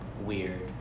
weird